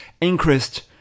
increased